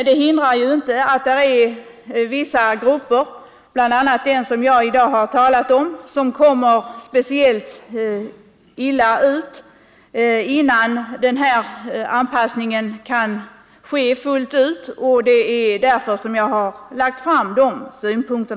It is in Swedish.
Det hindrar ju inte att vissa grupper, bl.a. den jag i dag har talat om, råkar speciellt illa ut innan anpassningen kan ske fullt ut. Det är därför jag lagt fram dessa synpunkter.